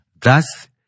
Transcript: Thus